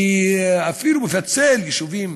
ואפילו מפצל יישובים,